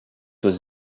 tous